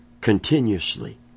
continuously